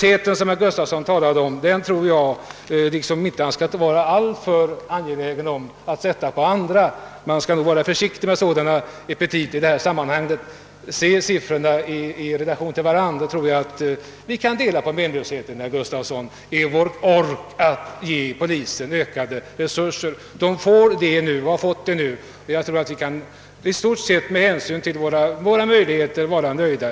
Den menlöshet herr Gustafsson talade om tror jag inte att man skall vara alltför angelägen om att beskylla andra för. Man skall nog vara försiktig med sådana epitet i detta sammanhang. Om man ser siffrorna i relation fill varandra, tror jag att vi kan dela på menlösheten, herr Gustafsson, i vår ork att ge polisen ökade resurser. Polisen har nu fått sådana ökade resurser, och jag tror att vi i stort sett, med hänsyn till våra möjligheter, kan vara nöjda.